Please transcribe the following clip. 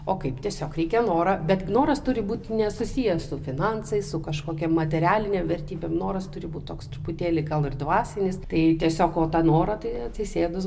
o kaip tiesiog reikia noro bet noras turi būti nesusiję su finansais su kažkokia materialine vertybe noras turi būti toks truputėlį gal ir dvasinis tai tiesiog o tą norą tai atsisėdus